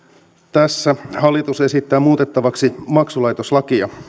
tässä hallitus esittää muutettavaksi maksulaitoslakia